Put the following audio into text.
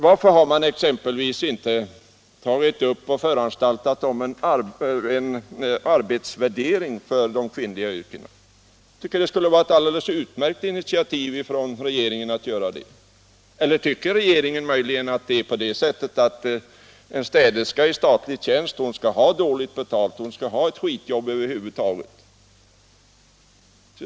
Varför har man exempelvis inte föranstaltat om en arbetsvärdering för de kvinnliga yrkena? Det tycker jag skulle vara ett alldeles utmärkt initiativ från regeringen. Eller är det möjligen så att regeringen tycker att en städerska i statlig tjänst skall ha dåligt betalt, att hon över huvud taget skall ha ett skitjobb?